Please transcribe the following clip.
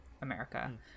America